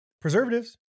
preservatives